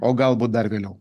o galbūt dar vėliau